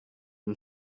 ihm